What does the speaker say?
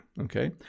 okay